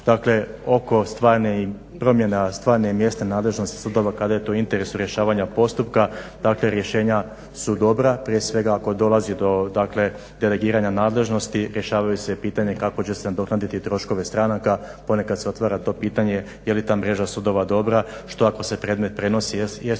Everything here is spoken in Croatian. Dakle oko stvarnih promjena, stvarne i mjesne nadležnosti sudova kada je to u interesu rješavanja postupka, dakle rješenja su dobra, prije svega ako dolazi do delegiranja nadležnosti rješavaju se pitanja kako će se nadoknaditi troškove stranaka. Ponekad se otvara to pitanje je li ta mreža sudova dobra, što ako se predmet prenosi, jesu